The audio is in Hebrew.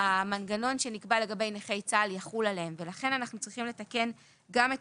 המנגנון שנקבע לגבי נכי צה"ל יחול עליהם ולכן אנחנו צריכים לתקן גם את